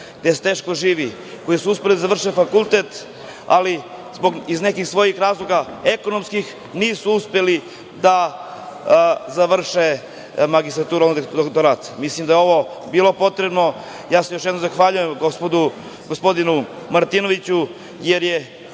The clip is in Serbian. gde se teško živi, koji su uspeli da završe fakultet, ali iz nekih svojih razloga, ekonomskih, nisu uspeli da završe magistraturu i doktorat. Mislim da je ovo bilo potrebno. Još jednom se zahvaljujem gospodinu Martinoviću, jer je